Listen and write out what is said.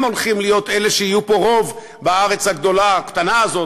הם הולכים להיות אלה שיהיו פה רוב בארץ הגדולה-קטנה הזאת,